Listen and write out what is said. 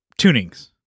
tunings